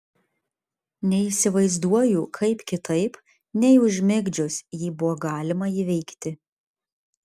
neįsivaizduoju kaip kitaip nei užmigdžius jį buvo galima įveikti